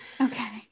okay